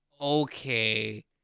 Okay